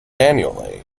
annually